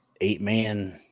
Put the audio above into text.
eight-man